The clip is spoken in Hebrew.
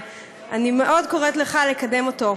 ואני קוראת לך מאוד לקדם אותו.